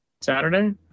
Saturday